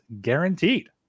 guaranteed